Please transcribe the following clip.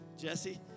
Jesse